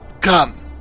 come